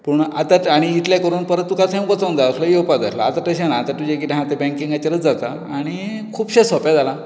पूण आतां आनीक इतलें करून परत तुकां थंय वचूंक जाय आसलो थंय येवपाक जाय आसलो आतां तशें ना आतां तुजें कितें आसा तें बँकिंगचेर जाता आनी खूबशें सोपें जालां